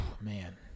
man